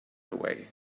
away